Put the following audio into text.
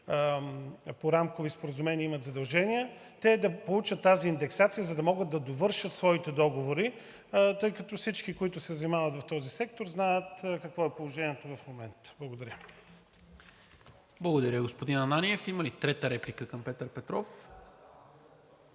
по рамкови споразумения имат задължения, те да получат тази индексация, за да могат да довършат своите договори, тъй като всички, които се занимават в този сектор, знаят какво е положението в момента. Благодаря. ПРЕДСЕДАТЕЛ НИКОЛА МИНЧЕВ: Благодаря, господин Ананиев. Има ли трета реплика към Петър Петров?